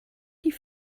die